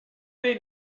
they